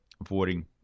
avoiding